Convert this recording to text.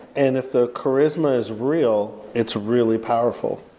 and if the charisma is real, it's really powerful.